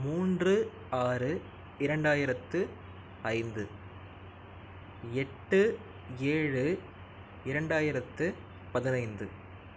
மூன்று ஆறு இரண்டாயித்து ஐந்து எட்டு ஏழு இரண்டாயித்து பதினைந்து